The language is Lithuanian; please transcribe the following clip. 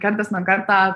kartas nuo karto